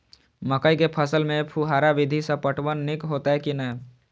मकई के फसल में फुहारा विधि स पटवन नीक हेतै की नै?